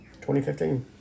2015